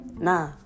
nah